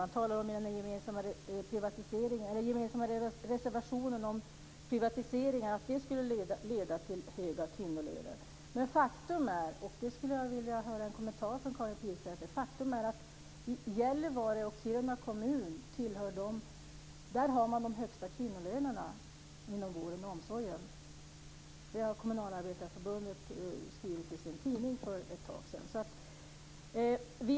Man talar i den gemensamma reservationen om privatiseringar, att det skulle leda till höga kvinnolöner. Men faktum är att man i Gällivare och Kiruna kommun har de högsta kvinnolönerna inom vården och omsorgen - det skulle jag vilja höra en kommentar från Karin Pilsäter om. Detta har Kommunalarbetareförbundet skrivit i sin tidning för ett tag sedan.